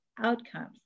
outcomes